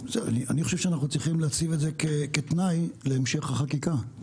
אני חושב שאנחנו צריכים להציב את זה כתנאי להמשך החקיקה.